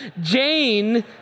Jane